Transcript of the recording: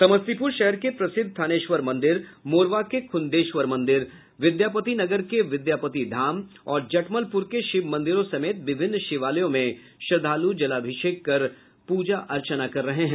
समस्तीपुर शहर के प्रसिद्ध थानेश्वर मंदिर मोरवा के खुन्देशवर मंदिर विद्यापतिनगर के विद्यापतिधाम और जटमलपुर के शिव मंदिरों समेत विभिन्न शिवालयों मे श्रद्वालु जलामिषेक कर पूजा अर्चना कर रहे हैं